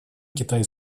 китай